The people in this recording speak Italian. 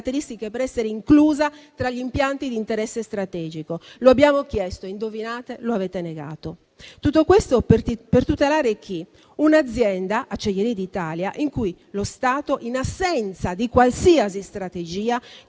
per essere inclusa tra gli impianti di interesse strategico. Lo abbiamo chiesto e - indovinate? - lo avete negato. Tutto questo per tutelare chi? Un'azienda, Acciaierie d'Italia, in cui lo Stato, in assenza di qualsiasi strategia,